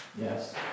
Yes